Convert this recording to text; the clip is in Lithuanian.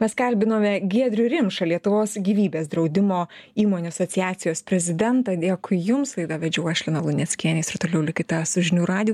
mes kalbinome giedrių rimšą lietuvos gyvybės draudimo įmonių asociacijos prezidentą dėkui jums laidą vedžiau aš lina luneckienė ir toliau likite su žinių radiju